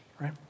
right